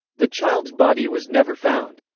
the child's body was never found.